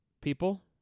people